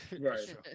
Right